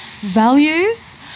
values